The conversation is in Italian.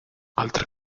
altre